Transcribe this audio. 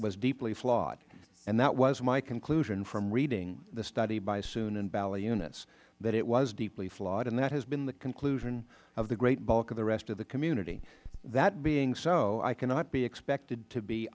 was deeply flawed and that was my conclusion from reading the study by soon and baliunas that it was deeply flawed and that has been the conclusion of the great bulk of the rest of the community that being so i cannot be expected to be